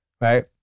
right